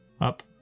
Up